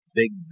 big